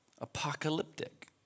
apocalyptic